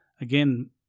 Again